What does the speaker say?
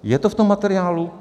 Je to v tom materiálu?